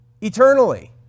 Eternally